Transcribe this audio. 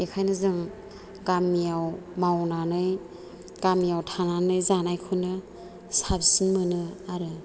बेनिखायनो जों गामियाव मावनानै गामियाव थानानै जानायखौनो साबसिन मोनो आरो